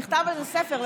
נכתב על זה ספר,